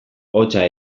hotza